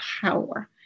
power